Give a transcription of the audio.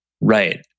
right